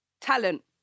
talent